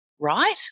Right